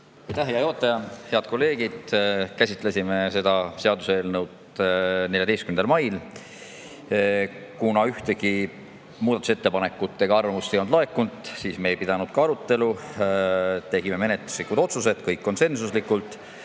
hea juhataja! Head kolleegid! Käsitlesime seda seaduseelnõu 14. mail. Kuna ühtegi muudatusettepanekut ega arvamust ei laekunud, siis me ei pidanud ka arutelu. Tegime menetluslikud otsused, kõik konsensuslikult.